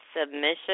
Submission